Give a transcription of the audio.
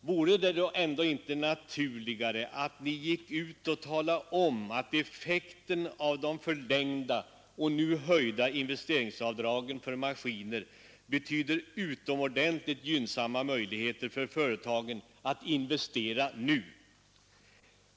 vore det i dag ändå inte naturligare att ni gick ut och talade om att effekten av de förlängda och nu höjda investeringsavdragen för maskiner betyder utomordentligt gynnsamma möjligheter för företagen att investera nu?